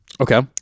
Okay